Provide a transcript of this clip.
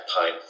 pine